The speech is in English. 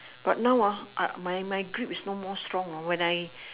but now ah my my grip is no more strong ah when I